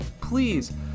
please